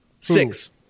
Six